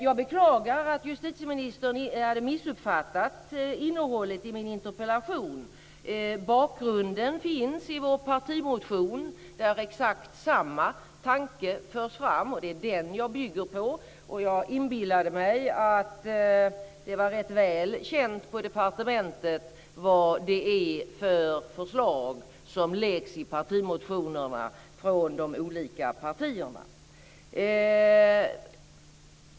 Jag beklagar att justitieministern hade missuppfattat innehållet i min interpellation. Bakgrunden finns i vår partimotion, där exakt samma tanke förs fram. Det är den jag bygger på. Jag inbillade mig att det var rätt väl känt på departementet vilka förslag som läggs i partimotionerna från de olika partierna.